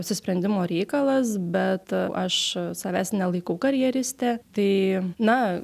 apsisprendimo reikalas bet aš savęs nelaikau karjeriste tai na